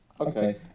Okay